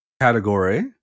category